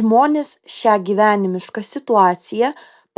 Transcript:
žmonės šią gyvenimišką situaciją